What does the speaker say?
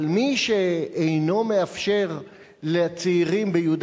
אבל מי שאינו מאפשר לצעירים ביהודה